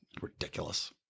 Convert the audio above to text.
Ridiculous